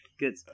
Good